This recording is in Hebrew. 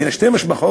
בין שתי משפחות,